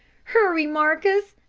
hurry, marcus,